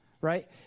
right